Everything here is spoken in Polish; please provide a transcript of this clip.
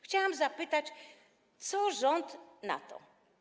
Chciałam zapytać, co rząd na to.